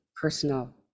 personal